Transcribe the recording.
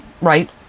right